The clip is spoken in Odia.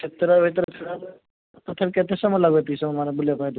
କେତେଟା ଭିତରେ ଯିବା ମାନେ ତଥାପି କେତେ ସମୟ ଲାଗିବ ଏତିକି ବୁଲିବା ପାଇଁ